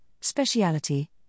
speciality